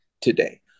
today